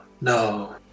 No